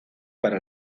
para